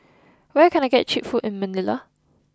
where can I get cheap food in Manila